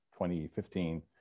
2015